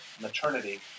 maternity